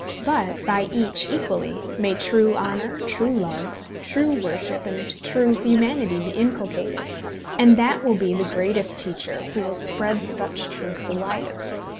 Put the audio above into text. but by each, equally, may true honour, true love, true worship, and true humanity be inculcated and that will be the greatest teacher who will spread such truth the widest.